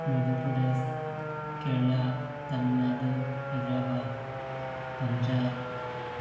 Madhya Pradesh Kerala Tamil Nadu Hyderabad Punjab